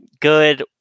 good